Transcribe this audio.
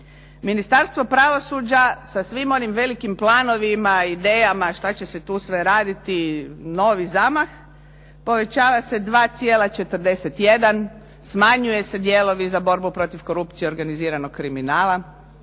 Ministarstvo pravosuđa sa svim onim velikim planovima, idejama šta će se tu sve raditi, novi zamah, povećava se 2,41, smanjuju se dijelovi za borbu protiv korupcije i organiziranog kriminala,